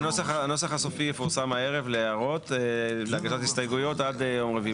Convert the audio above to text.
הנוסח הסופי יפורסם הערב להערות ולהגשת הסתייגויות עד יום רביעי